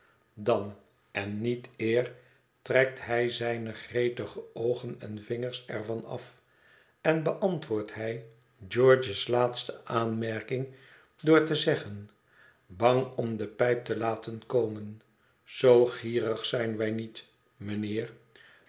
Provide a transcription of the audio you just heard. dan en niet eer trekt hij zijne gretige oogen en vingers er van af en beantwoordt hij george's laatste aanmerking door te zeggen bang om de pijp te laten komen zoo gierig zijn wij niet mijnheer